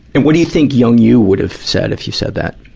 and what do you think young you would have said, if you said that?